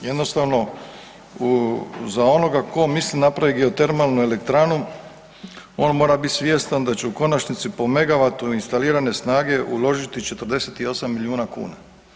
Jednostavno za onoga ko misli napraviti geotermalnu elektranu on mora biti svjestan da će u konačnici po megavatu instalirane snage uložiti 48 milijuna kuna.